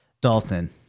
Dalton